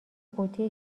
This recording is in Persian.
قوطی